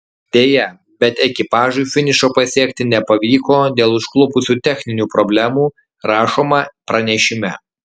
deja bet ekipažui finišo pasiekti nepavyko dėl užklupusių techninių problemų rašoma pranešime